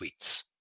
tweets